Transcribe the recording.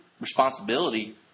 responsibility